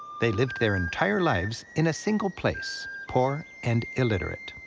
they lived their entire lives in a single place, poor and illiterate.